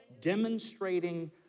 demonstrating